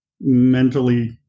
mentally